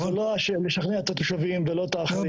זה לא משכנע את התושבים ולא את האחרים.